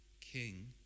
King